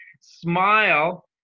smile